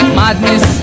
madness